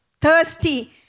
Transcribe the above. thirsty